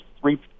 three